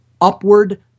upward